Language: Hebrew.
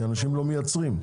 כי אנשים לא מייצרים.